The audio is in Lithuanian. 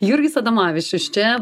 jurgis adomavičius čia